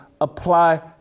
apply